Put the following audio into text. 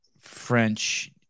French-